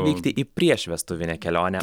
vykti į prieš vestuvinę kelionę